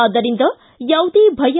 ಆದ್ದರಿಂದ ಯಾವುದೇ ಭಯ